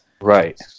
Right